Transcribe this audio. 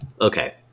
Okay